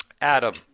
Adam